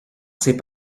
ces